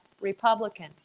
Republican